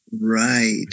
right